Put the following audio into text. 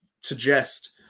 suggest